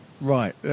Right